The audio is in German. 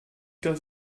das